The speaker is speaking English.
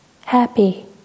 happy